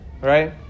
right